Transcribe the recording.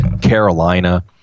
Carolina